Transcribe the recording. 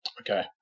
Okay